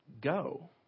go